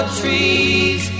trees